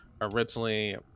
originally